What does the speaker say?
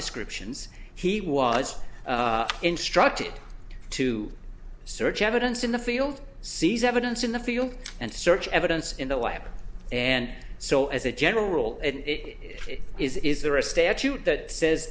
descriptions he was instructed to search evidence in the field sees evidence in the field and search evidence in the lab and so as a general rule it is is there a statute that says